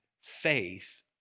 faith